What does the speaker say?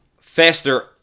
faster